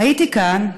הייתי כאן,